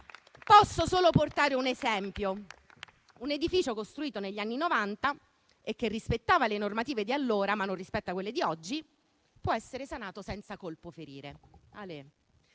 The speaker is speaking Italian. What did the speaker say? Posso solo portare un esempio. Un edificio costruito negli anni Novanta, che rispetta le normative di allora, ma non rispetta quelle di oggi, può essere sanato senza colpo ferire.